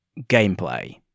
gameplay